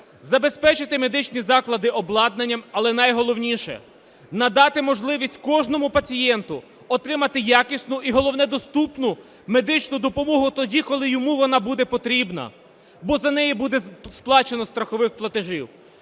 забезпечити медичні заклади обладнанням, але, найголовніше, надати можливість кожному пацієнту отримати якісну і головне доступну медичну допомогу тоді, коли йому вона буде потрібна, бо за неї буде сплачено з страхових платежів.